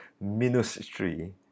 ministry